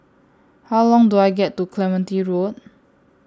How Long Do I get to Clementi Road